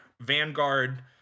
Vanguard